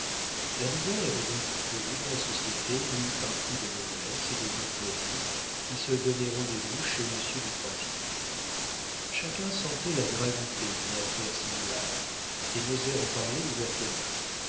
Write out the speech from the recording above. la nouvelle avait donc couru dans la société mi-partie de noblesse et de bourgeoisie qui se donnait rendez-vous chez monsieur du croisier chacun sentait la gravité d'une affaire semblable et n'osait en parler ouvertement